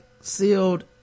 sealed